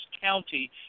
county